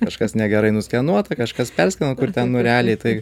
kažkas negerai nuskenuota kažkas perskenuok kur ten nu realiai tai